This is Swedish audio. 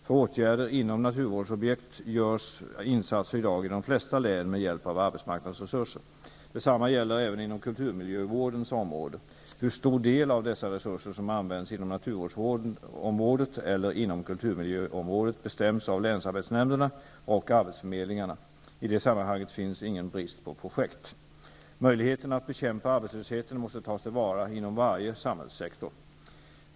För åtgärder inom naturvårdsobjekt görs insatser i dag i de flesta län med hjälp av arbetsmarknadsresurser. Detsamma gäller även inom kulturmiljövårdens område. Hur stor del av dessa resurser som används inom naturvårdsområdet eller inom kulturmiljöområdet bestäms av länsarbetsnämnderna och arbetsförmedlingarna. I det sammanhanget finns ingen brist på projekt. Möjligheten att bekämpa arbetslösheten måste tas till vara inom varje samhällssektor.